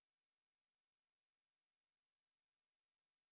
Attack-on-Titan wait is that consider a superhero